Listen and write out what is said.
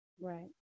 Right